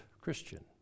Christian